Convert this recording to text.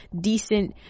Decent